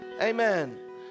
amen